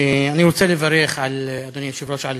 אני רוצה לברך על עצם